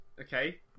Okay